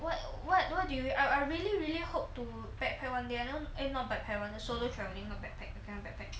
what what do you do I I really really hope to backpack one day eh not backpack one day solo travelling not backpack